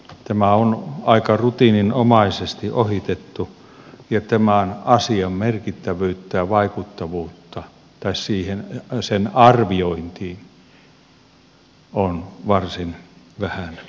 tämä on aika rutiininomaisesti ohitettu ja tämän asian merkittävyyteen ja vaikuttavuuteen tai sen arviointiin on varsin vähän kiinnitetty huomiota